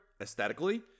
aesthetically